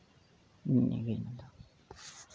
ᱱᱤᱭᱟᱹᱜᱮ ᱤᱧᱫᱚ